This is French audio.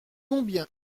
combien